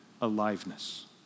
aliveness